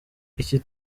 iki